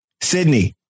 Sydney